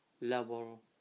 level